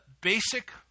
basic